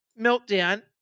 meltdown